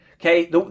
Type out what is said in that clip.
Okay